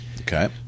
Okay